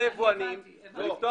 הוא ייבא